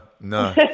no